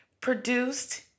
Produced